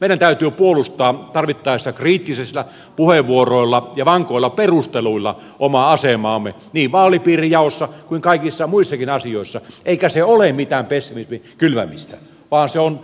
meidän täytyy puolustaa tarvittaessa kriittisillä puheenvuoroilla ja vankoilla perusteluilla omaa asemaamme niin vaalipiirijaossa kuin kaikissa muissakin asioissa eikä se ole mitään pessimismin kylvämistä vaan se on